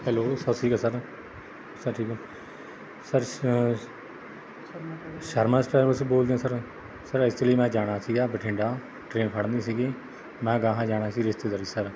hello ਸਤਿ ਸ਼੍ਰੀ ਅਕਾਲ ਸਰ ਸਰ ਠੀਕ ਆ ਸਰ ਸ ਸ਼ਰਮਾਸ ਟਰੈਵਲ ਤੋਂ ਬੋਲਦੇ ਹੋ ਸਰ ਸਰ ਐਚੂਅਲੀ ਮੈਂ ਜਾਣਾ ਸੀਗਾ ਬਠਿੰਡਾ ਟ੍ਰੇਨ ਫੜਨੀ ਸੀਗੀ ਮੈਂ ਅਗਾਂਹ ਜਾਣਾ ਸੀ ਰਿਸ਼ਤੇਦਾਰੀ 'ਚ ਸਰ